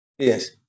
Yes